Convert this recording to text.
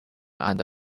and